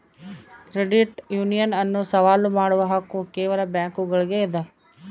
credit union ಅನ್ನು ಸವಾಲು ಮಾಡುವ ಹಕ್ಕು ಕೇವಲ ಬ್ಯಾಂಕುಗುಳ್ಗೆ ಇದ